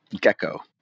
gecko